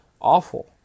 awful